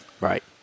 Right